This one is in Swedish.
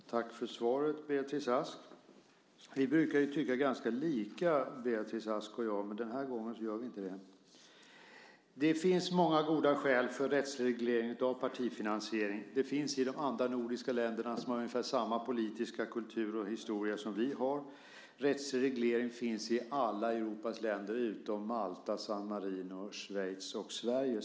Fru talman! Tack för svaret, Beatrice Ask! Beatrice Ask och jag brukar tycka ganska lika, men den här gången gör vi inte det. Det finns många goda skäl för en rättsreglering av partifinansieringen. Det finns en sådan i de andra nordiska länderna som har ungefär samma politiska kultur och historia som vi. Rättsreglering finns i alla Europas länder utom Malta, San Marino, Schweiz och Sverige.